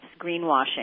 greenwashing